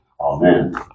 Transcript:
Amen